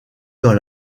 dans